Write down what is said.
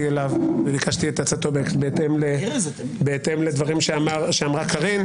אליו וביקשתי את עצתו בהתאם לדברים שאמרה קארין,